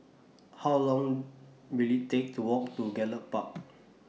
How Long Will IT Take to Walk to Gallop Park